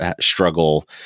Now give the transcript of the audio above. struggle